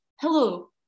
Hello